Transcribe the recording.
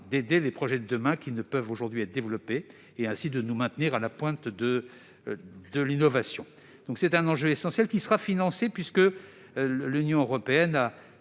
d'aider les projets de demain qui ne peuvent aujourd'hui être développés et, ainsi, de nous maintenir à la pointe de l'innovation. Cet enjeu essentiel sera financé, puisque l'Union européenne a